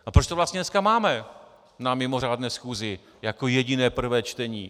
A proč to vlastně dneska máme na mimořádné schůzi jako jediné prvé čtení!